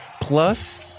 plus